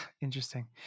Interesting